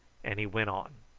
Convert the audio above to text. and he went on